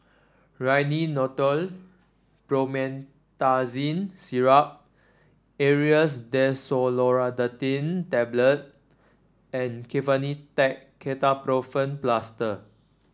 Rhinathiol Promethazine Syrup Aerius DesloratadineTablet and Kefentech Ketoprofen Plaster